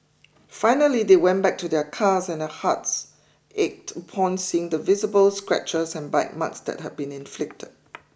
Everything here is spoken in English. finally they went back to their cars and their hearts ached upon seeing the visible scratches and bite marks that had been inflicted